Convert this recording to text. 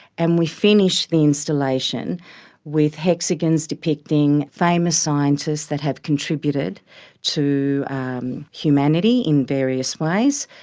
and we finish the installation with hexagons depicting famous scientists that have contributed to um humanity in various ways,